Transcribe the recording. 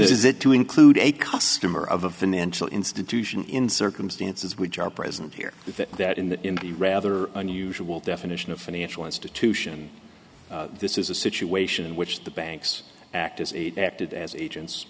is it to include a customer of a financial institution in circumstances which are present here if that in the in the rather unusual definition of financial institution this is a situation in which the banks act as acted as agents